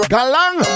Galang